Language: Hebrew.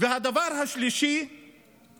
והדבר השלישי הוא